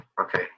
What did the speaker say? Okay